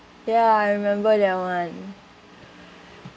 ya I remember that [one]